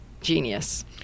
genius